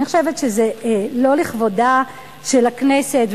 אני חושבת שזה לא לכבודה של הכנסת,